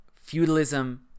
Feudalism